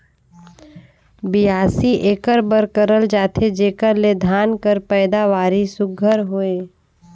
बियासी एकर बर करल जाथे जेकर ले धान कर पएदावारी सुग्घर होए